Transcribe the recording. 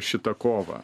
šitą kovą